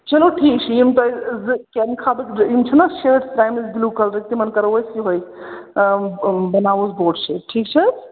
چلو ٹھیٖک چھُ یِم تۄہہِ زٕ کیٚم کھابٕکۍ زٕ یِم چھُو نَہ شٲٹٕس ترٛایمَژٕ بِلوٗ کلرٕکۍ تِمَن کرو أسۍ یِہوٚے بناووس بوٹ شیپ ٹھیٖک چھِ حظ